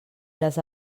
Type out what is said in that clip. les